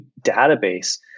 database